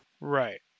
Right